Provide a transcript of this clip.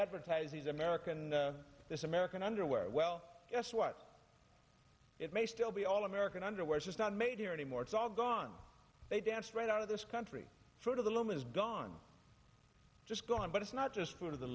advertise these american this american underwear well guess what it may still be all american underwear just not made here anymore it's all gone they danced right out of this country for them is gone just gone but it's not just for the